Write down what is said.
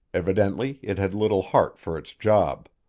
evidently it had little heart for its job.